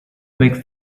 make